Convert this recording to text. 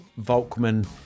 Volkman